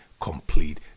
complete